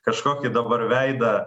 kažkokį dabar veidą